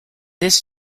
this